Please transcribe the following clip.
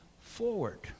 forward